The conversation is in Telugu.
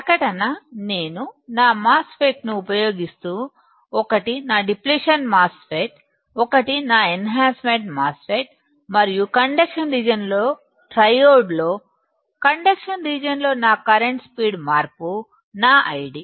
ప్రకటన నేను నా మాస్ ఫెట్ ను ఉపయోగిస్తే 1 నా డిప్లిషన్ మాస్ ఫెట్ 1 నా ఎన్ హాన్సమెంట్ మాస్ ఫెట్ మరియు కండక్షన్ రీజియన్ ట్రయోడ్ లో కండక్షన్ రీజియన్లో నా కరెంటు స్పీడ్ మార్పు నా ID